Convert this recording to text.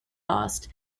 lost